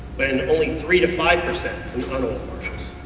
but and only three to five percent in unoiled marshes.